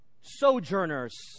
sojourners